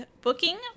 booking